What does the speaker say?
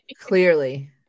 Clearly